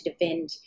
defend